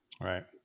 Right